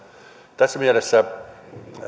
tässä mielessä